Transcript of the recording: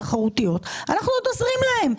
אנחנו עוד עוזרים להם.